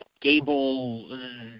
Gable